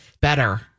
Better